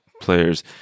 players